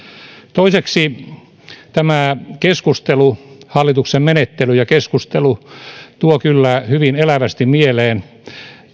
toiseksi tämä keskustelu hallituksen menettely ja keskustelu tuo kyllä hyvin elävästi mieleen